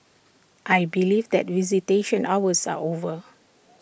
I believe that visitation hours are over